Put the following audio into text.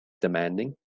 demanding